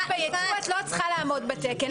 בייצוא את לא צריכה לעמוד בתקן.